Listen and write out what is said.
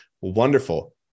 wonderful